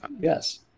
Yes